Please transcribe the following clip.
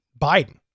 Biden